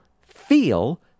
feel